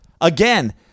Again